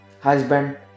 husband